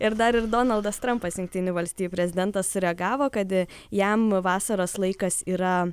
ir dar ir donaldas trampas jungtinių valstijų prezidentas reagavo kad jam vasaros laikas yra